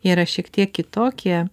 yra šiek tiek kitokie